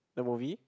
the movie